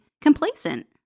complacent